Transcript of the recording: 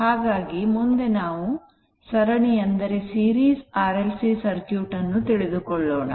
ಹಾಗಾಗಿ ಮುಂದೆ ನಾವು ಸರಣಿ RLC ಸರ್ಕ್ಯೂಟ್ ಅನ್ನು ತಿಳಿದುಕೊಳ್ಳೋಣ